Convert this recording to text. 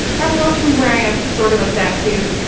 rebel wilson's wearing a sort of a fat suit.